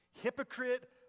Hypocrite